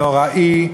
נוראי,